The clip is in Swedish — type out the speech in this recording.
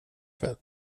kväll